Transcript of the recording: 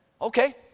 Okay